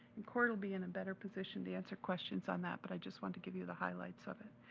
and cory will be in a better position to answer questions on that, but i just want to give you the highlights of it.